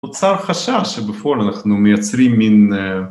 נוצר חשש שבפועל אנחנו מייצרים מין...